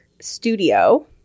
studio